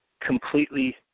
completely